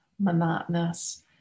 monotonous